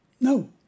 no